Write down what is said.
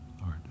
Lord